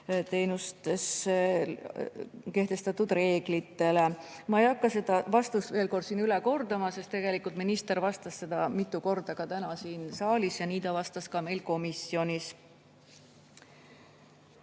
kehtestatud reeglitele. Ma ei hakka seda vastust siin üle kordama, sest minister vastas sellele mitu korda ka täna siin saalis ja nii ta vastas ka meil komisjonis.